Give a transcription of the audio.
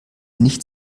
nicht